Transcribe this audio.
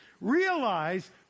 Realize